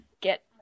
get